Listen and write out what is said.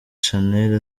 shanel